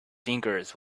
fingers